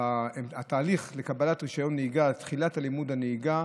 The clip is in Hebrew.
התהליך לקבלת רישיון נהיגה, תחילת לימוד הנהיגה